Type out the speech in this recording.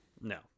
No